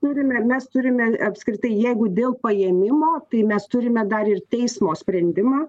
turime mes turime apskritai jeigu dėl paėmimo tai mes turime dar ir teismo sprendimą